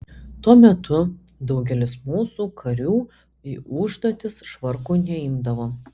tuo metu daugelis mūsų karių į užduotis švarkų neimdavo